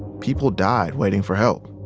people died waiting for help.